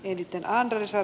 eniten andersen